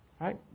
right